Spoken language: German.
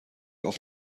auf